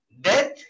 death